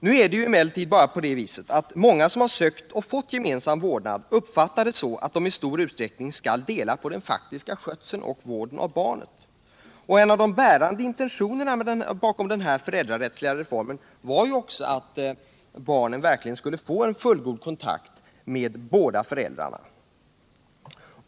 Nu är det emellertid på det viset att många som har sökt och fått gemensam vårdnad uppfattar det så, att de i stor utsträckning skall dela på den faktiska skötseln och vården av barnet. Och en av de bärande intentionerna bakom denna föräldrarättsliga reform var ju också att barnen verkligen skulle ha en fullgod kontakt med båda föräldrarna.